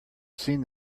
seen